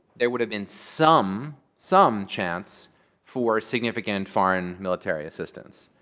there would have been some some chance for significant foreign military assistance.